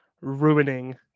ruining